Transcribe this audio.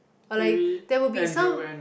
or like there will be some